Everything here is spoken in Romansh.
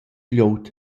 glieud